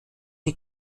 die